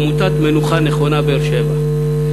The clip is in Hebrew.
עמותת "מנוחה נכונה" באר-שבע.